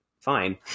Fine